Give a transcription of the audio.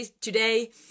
today